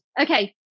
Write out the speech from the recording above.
Okay